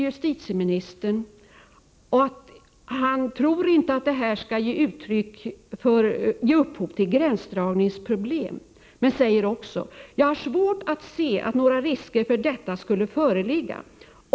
Justitieministern förklarar att han inte tror att tolkningen skall ge upphov till gränsdragningsproblem och säger sedan: ”Jag har svårt att se att några risker för detta skulle föreligga.